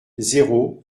zéro